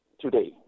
today